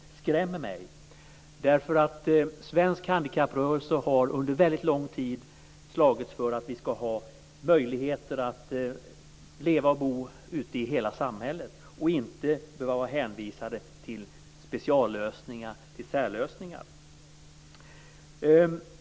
Detta skrämmer mig. Svensk handikapprörelse har under en väldigt lång tid slagits för att det ska finnas möjligheter att leva och bo så att säga i hela samhället. Man ska inte behöva vara hänvisad till speciallösningar, särlösningar.